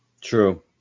True